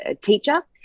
teacher